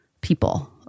people